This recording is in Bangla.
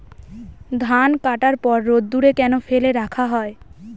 ধান কাটার পর রোদ্দুরে কেন ফেলে রাখা হয়?